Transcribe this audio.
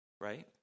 right